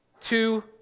two